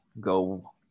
go